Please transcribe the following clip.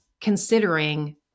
considering